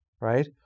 right